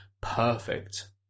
perfect